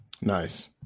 Nice